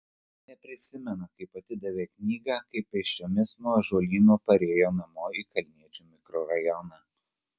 neprisimena kaip atidavė knygą kaip pėsčiomis nuo ąžuolyno parėjo namo į kalniečių mikrorajoną